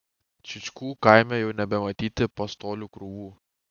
čyčkų kaime jau nebematyti pastolių krūvų